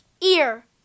ear